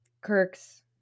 Kirk's